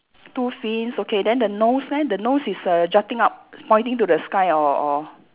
two fins okay then the nose leh the nose is err jutting up it's pointing to the sky or or